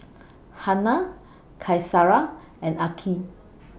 Hana Qaisara and Aqil